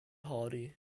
hardy